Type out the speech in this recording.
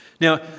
Now